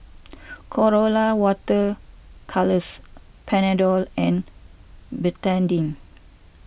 Colora Water Colours Panadol and Betadine